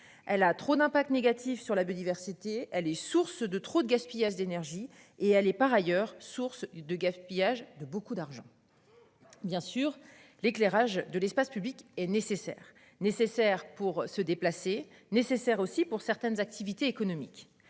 Elle a trop d'impact négatif sur la biodiversité. Elle est source de trop de gaspillage d'énergie et elle est par ailleurs source de gaspillage de beaucoup d'argent. Bien sûr l'éclairage de l'espace public est nécessaire, nécessaire pour se déplacer nécessaire aussi pour certaines activités économiques.